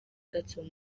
gatsibo